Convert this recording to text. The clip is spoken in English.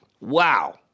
Wow